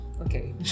Okay